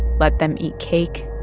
but them eat cake.